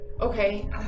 Okay